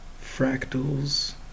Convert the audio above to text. Fractals